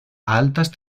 altas